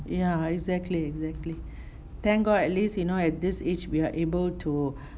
ya exactly exactly thank god at least you know at this age we are able to